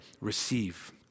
receive